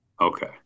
Okay